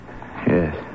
Yes